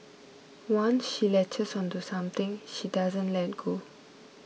once she latches onto something she doesn't let go